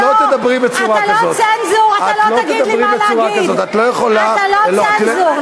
לא, אתה לא צנזור, אתה לא יכול לעשות את זה.